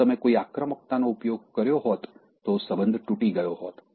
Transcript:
જો તમે કોઈ આક્રમકતાનો ઉપયોગ કર્યો હોત તો સંબંધ તૂટી ગયો હોત